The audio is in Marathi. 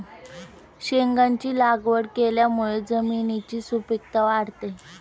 शेंगांची लागवड केल्यामुळे जमिनीची सुपीकता वाढते